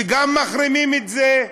וגם מחרימים את זה.